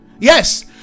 yes